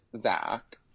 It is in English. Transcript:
Zach